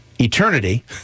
eternity